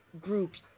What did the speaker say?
groups